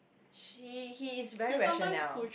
she he is very rationale